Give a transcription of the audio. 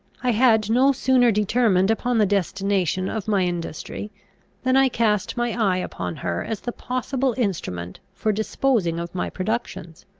i had no sooner determined upon the destination of my industry than i cast my eye upon her as the possible instrument for disposing of my productions.